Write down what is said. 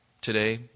today